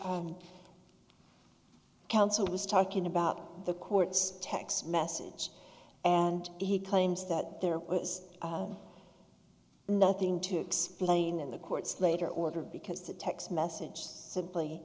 issues counsel was talking about the court's text message and he claims that there was nothing to explain in the court's later order because the text message simply